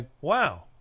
Wow